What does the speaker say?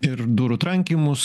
ir durų trankymus